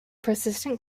persistent